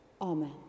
Amen